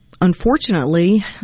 unfortunately